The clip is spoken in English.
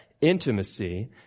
intimacy